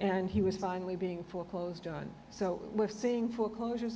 and he was finally being foreclosed on so we're seeing foreclosures